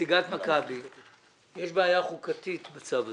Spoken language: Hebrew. שיש בעיה חוקתית בצו הזה.